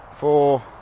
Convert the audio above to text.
four